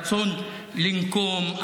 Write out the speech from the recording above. רצון לנקום,